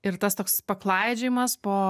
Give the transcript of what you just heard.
ir tas toks paklaidžiojimas po